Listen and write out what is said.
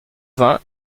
vingts